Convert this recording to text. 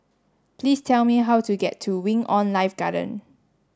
please tell me how to get to Wing On Life Garden